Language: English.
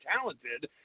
talented